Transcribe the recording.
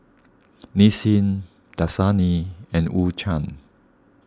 Nissin Dasani and U Cha